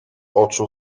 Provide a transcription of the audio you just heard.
oczu